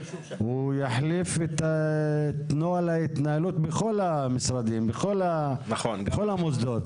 הוא יחליף את נוהל ההתנהלות בכל המשרדים ובכל המוסדות.